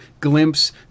Glimpse